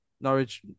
Norwich